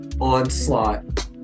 onslaught